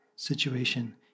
Situation